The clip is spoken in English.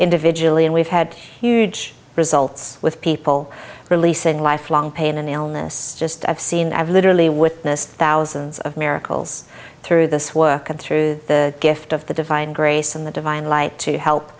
individually and we've had huge results with people releasing lifelong pain and illness just i've seen i've literally with this thousands of miracles through this work and through the gift of the divine grace and the divine light to help